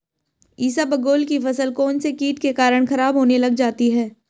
इसबगोल की फसल कौनसे कीट के कारण खराब होने लग जाती है?